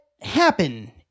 happen